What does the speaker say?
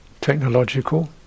technological